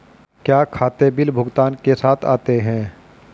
क्या खाते बिल भुगतान के साथ आते हैं?